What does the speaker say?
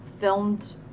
filmed